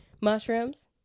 Mushrooms